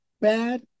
bad